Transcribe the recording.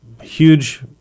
huge